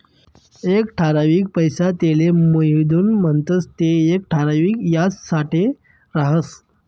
एक ठरावीक पैसा तेले मुयधन म्हणतंस ते येक ठराविक याजसाठे राहस